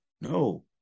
no